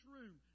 room